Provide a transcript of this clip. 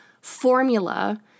formula